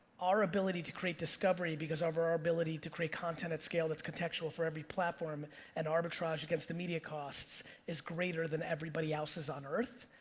our ability to create discovery because of our our ability to create content at scale that's contextual for every platform and arbitrage against the media costs is greater than everybody else's on earth.